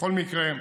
בכל מקרה,